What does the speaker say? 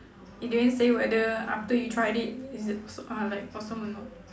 it didn't say whether after you tried it is it s~ uh like awesome or not